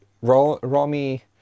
Romy